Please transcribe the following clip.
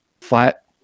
flat